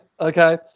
Okay